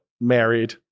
married